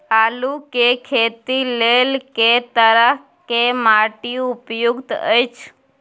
आलू के खेती लेल के तरह के माटी उपयुक्त अछि?